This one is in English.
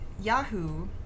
yahoo